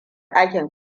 dakin